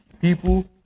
people